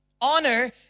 Honor